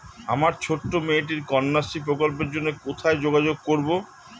আমার ছোট্ট মেয়েটির কন্যাশ্রী প্রকল্পের জন্য কোথায় যোগাযোগ করব?